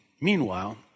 Meanwhile